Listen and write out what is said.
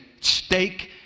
stake